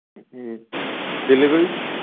ꯎꯝ delivery